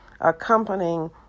accompanying